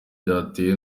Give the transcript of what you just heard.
byatewe